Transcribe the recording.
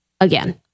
again